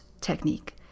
technique